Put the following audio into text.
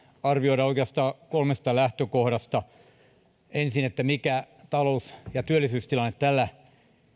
arvioida oikeastaan kolmesta lähtökohdasta ensinnäkin siitä mikä talous ja työllisyystilanne tällä